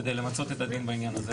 כדי למצות את הדין בעניין הזה,